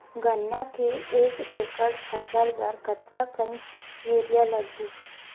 गन्ना के एक एकड़ फसल बर कतका कन यूरिया लगही?